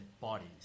bodies